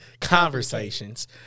conversations